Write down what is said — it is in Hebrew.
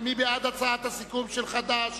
מי בעד הצעת הסיכום של חד"ש?